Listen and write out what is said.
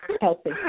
Healthy